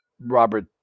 Robert